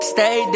Stay